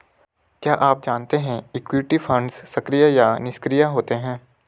क्या आप जानते है इक्विटी फंड्स सक्रिय या निष्क्रिय होते हैं?